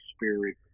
Spirit